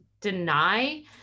deny